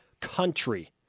country